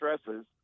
stresses